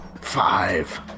Five